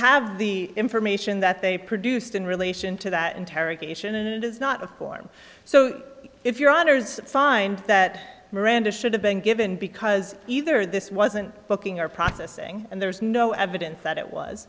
have the information that they produced in relation to that interrogation is not a form so if your honour's find that miranda should have been given because either this wasn't booking or processing and there is no evidence that it was